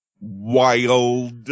wild